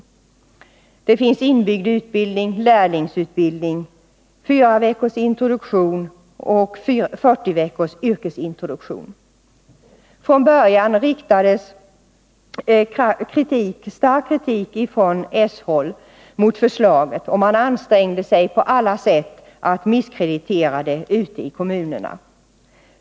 Jag avser sådana insatser som inbyggd utbildning, lärlingsutbildning, fyraveckorsintroduktion och fyrtio veckors yrkesintroduktion. Från början riktades stark kritik mot förslaget från socialdemokratiskt håll. Man ansträngde sig på alla sätt att misskreditera det ute i kommunerna.